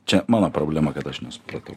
čia mano problema kad aš nesupratau